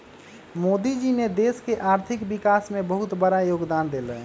मोदी जी ने देश के आर्थिक विकास में बहुत बड़ा योगदान देलय